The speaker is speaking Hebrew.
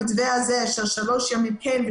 המתווה הזה של שלושה ימים כן,